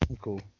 Cool